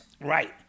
Right